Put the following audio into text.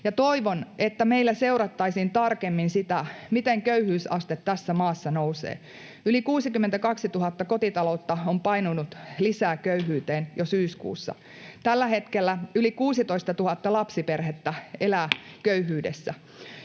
Toivon, että meillä seurattaisiin tarkemmin sitä, miten köyhyysaste tässä maassa nousee. Yli 62 000 kotitaloutta on painunut lisää köyhyyteen jo syyskuussa. Tällä hetkellä yli 16 000 lapsiperhettä elää köyhyydessä.